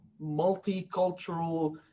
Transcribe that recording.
multicultural